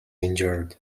injured